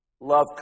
Love